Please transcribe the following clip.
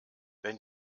wenn